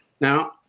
Now